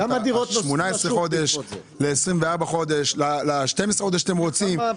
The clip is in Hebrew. של 18 החודשים ושל 12 החודשים שאתם רוצים לעשות?